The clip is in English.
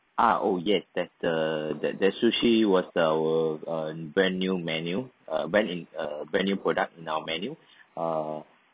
ah oh yes that's the that that sushi was our brand new menu a band uh brand new product in our menu uh